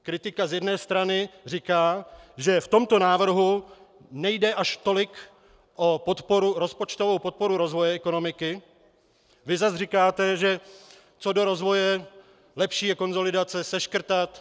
Kritika z jedné strany říká, že v tomto návrhu nejde až tolik o rozpočtovou podporu rozvoje ekonomiky, vy zase říkáte, že co do rozvoje lepší je konsolidace, seškrtat.